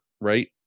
right